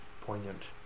poignant